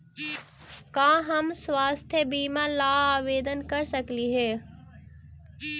का हम स्वास्थ्य बीमा ला आवेदन कर सकली हे?